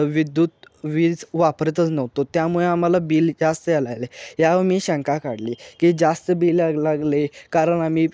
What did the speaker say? विद्युत वीज वापरतच नव्हतो त्यामुळे आम्हाला बिल जास्त यायल लागले यावं मी शंका काढली की जास्त बिल लागले कारण आम्ही